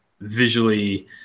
visually